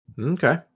Okay